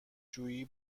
جویی